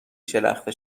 شلخته